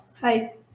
Hi